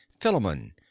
philemon